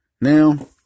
Now